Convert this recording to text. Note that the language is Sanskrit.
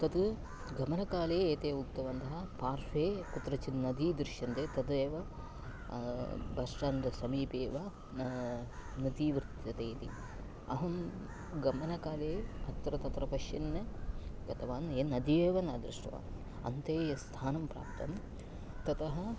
तत् गमनकाले एते उक्तवन्तः पार्श्वे कुत्रचित् नदी दृश्यन्ते तदेव बहु स्टाण्ड् समीपे एव नदी वर्तते इति अहं गमनकाले अत्र तत्र पश्यन् गतवान् या नदी एव न दृष्टवान् अन्ते यस्थानं प्राप्तं ततः